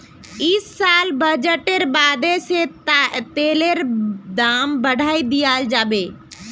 इस साल बजटेर बादे से तेलेर दाम बढ़ाय दियाल जाबे